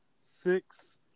six